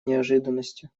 неожиданностью